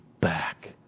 back